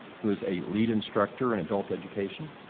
who is a lead instructor in adult education,